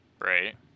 right